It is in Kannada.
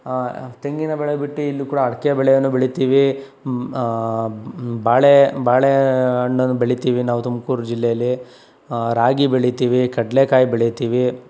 ತೆಂಗಿನ ಬೆಳೆ ಬಿಟ್ಟು ಇಲ್ಲೂ ಕೂಡ ಅಡ್ಕೆ ಬೆಳೇನು ಬೆಳಿತೀವಿ ಬಾಳೆ ಬಾಳೆ ಹಣ್ಣನ್ನ ಬೆಳಿತೀವಿ ನಾವು ತುಮಕೂರು ಜಿಲ್ಲೇಲ್ಲಿ ರಾಗಿ ಬೆಳಿತೀವಿ ಕಡ್ಲೆಕಾಯಿ ಬೆಳಿತೀವಿ